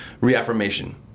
reaffirmation